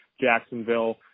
Jacksonville